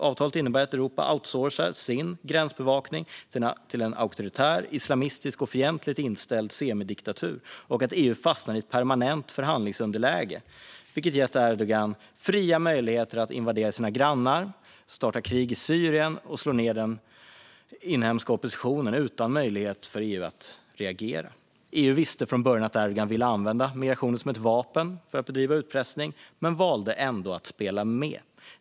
Avtalet innebar att Europa outsourcade sin gränsbevakning till en auktoritär, islamistisk och fientligt inställd semidiktatur och att EU fastnade i ett permanent förhandlingsunderläge, vilket gett Erdogan fria möjligheter att invadera sina grannar, starta krig i Syrien och slå ned den inhemska oppositionen utan möjlighet för EU att reagera. EU visste från början att Erdogan ville använda migration som ett vapen för att bedriva utpressning men valde ändå att spela med.